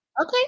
Okay